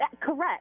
Correct